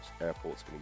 airports